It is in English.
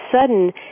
sudden